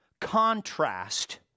contrast